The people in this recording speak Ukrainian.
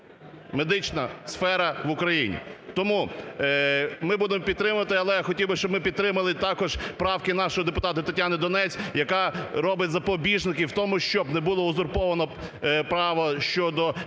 медична сфера в Україні. Тому ми будемо підтримувати. Але хотів би, щоб ми підтримали також правки нашого депутата Тетяни Донець, яка робить запобіжники в тому, щоб не було узурповано права щодо передачі